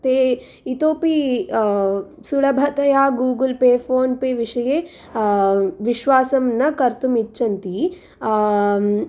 ते इतोपि सुलभतया गूगल् पे फोन् पे विषये विश्वासं न कर्तुम् इच्छन्ति